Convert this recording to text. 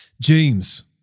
James